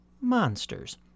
monsters